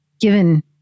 given